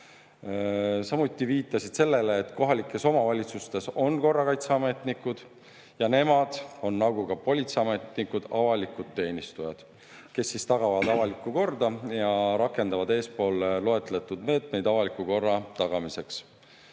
Samuti viitasid nad sellele, et kohalikes omavalitsustes on korrakaitseametnikud ja nemad on, nagu ka politseiametnikud, avalikud teenistujad, kes tagavad avalikku korda, rakendades eespool loetletud meetmeid. Kohalikele